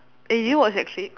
eh do you watch netflix